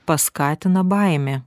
paskatina baimė